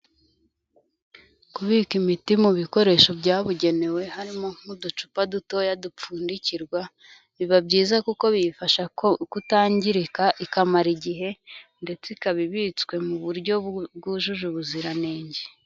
Kubika imiti mu bikoresho byabugenewe harimo nk'uducupa dutoya dupfundikirwa, biba byiza kuko biyifasha kutangirika, ikamara igihe ndetse ikaba ibitswe mu buryo bwujuje ubuziranenge.